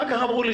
אחר כך אמרו לי,